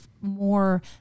more